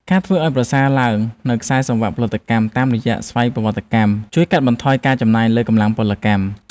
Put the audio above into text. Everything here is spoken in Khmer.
ការធ្វើឱ្យប្រសើរឡើងនូវខ្សែសង្វាក់ផលិតកម្មតាមរយៈស្វ័យប្រវត្តិកម្មជួយកាត់បន្ថយការចំណាយលើកម្លាំងពលកម្ម។